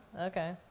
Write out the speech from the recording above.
Okay